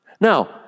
Now